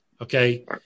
Okay